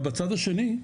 אבל בצד השני,